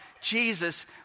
Jesus